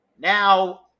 now